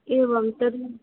एवं तद्